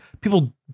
people